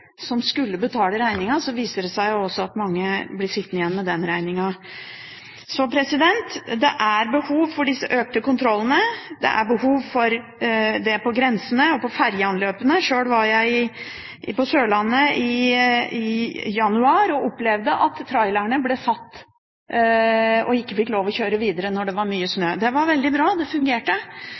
som skulle betale regningen, viser det seg at mange blir sittende igjen med regningen. Det er behov for disse økte kontrollene, det er behov for det på grensene og på ferjeanløpene. Sjøl var jeg på Sørlandet i januar og opplevde at trailerne ikke fikk lov til å kjøre videre når det var mye snø. Det var veldig bra, det fungerte,